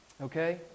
Okay